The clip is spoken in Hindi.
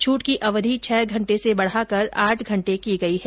छूट की अवधि छह घंटे से बढ़ाकर आठ घंटे की गई है